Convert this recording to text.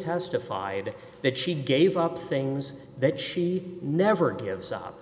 testified that she gave up things that she never gives up